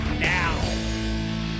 now